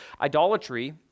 idolatry